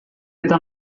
eta